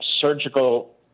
surgical